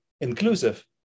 inclusive